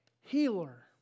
healer